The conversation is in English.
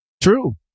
True